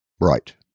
Right